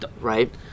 Right